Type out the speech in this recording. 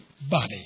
body